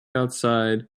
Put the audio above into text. outside